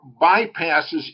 bypasses